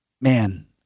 man